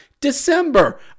December